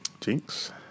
Jinx